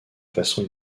façon